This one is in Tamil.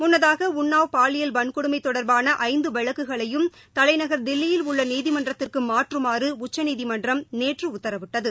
முன்னதாக உன்னாவ் பாலியல் வன்கொடுமை தொடர்பான ஐந்து வழக்குகளையும் தலைநகர் தில்லியில் உள்ள நீதிமன்றத்திற்கு மாற்றுமாறு உச்சநீதிமன்றம் நேற்று உத்தரவிட்டது